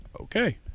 Okay